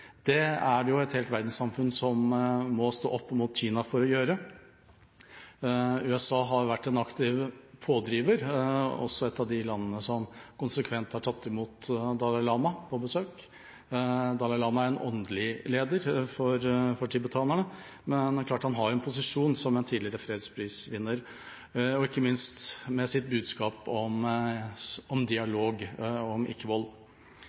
også et av de landene som konsekvent har tatt imot Dalai Lama på besøk. Dalai Lama er en åndelig leder for tibetanerne, men det er klart at han også har en posisjon som tidligere fredsprisvinner, og ikke minst med sitt budskap om dialog og om